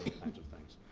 kinds of things.